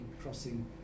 crossing